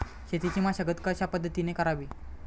शेतीची मशागत कशापद्धतीने करावी?